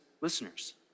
listeners